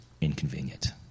inconvenient